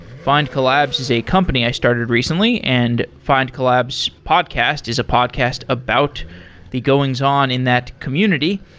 findcollabs is a company i started recently, and findcollabs podcast is a podcast about the goings on in that community.